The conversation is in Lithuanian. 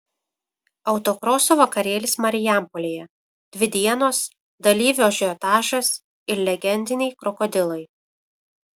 autokroso vakarėlis marijampolėje dvi dienos dalyvių ažiotažas ir legendiniai krokodilai